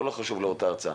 לא חשוב להעלות ארצה,